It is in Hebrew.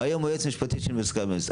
והיום הוא היועץ המשפטי של בית החולים.